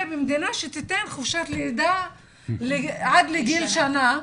במדינה שתיתן חופשת לידה עד לגיל שנה.